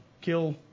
kill